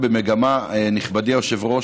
נכבדי היושב-ראש,